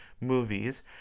movies